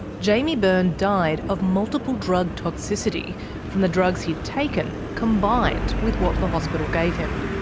jaimie byrne died of multiple drug toxicity from the drugs he'd taken combined with what the hospital gave him.